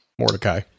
mordecai